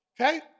Okay